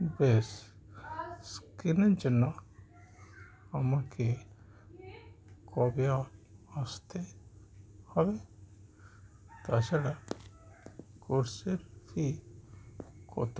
বেশ স্ক্রিনের জন্য আমাকে কবে আসতে হবে তাছাড়া কোর্সের ফি কতো